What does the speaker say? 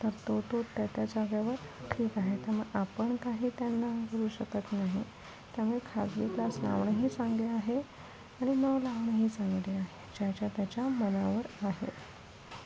तर तो तो त्या त्या जागेवर ठीक आहे त्यामुळे आपण काही त्यांना करू शकत नाही त्यामुळे खाजगी क्लास लावणेही चांगले आहे आणि न लावणेही चांगले आहे ज्याच्या त्याच्या मनावर आहे